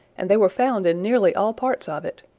and they were found in nearly all parts of it.